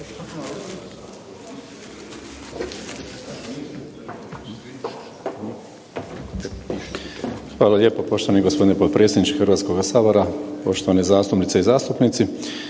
Hvala lijepo. Gospodine potpredsjedniče Hrvatskog sabora, uvažene zastupnice i zastupnici.